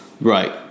Right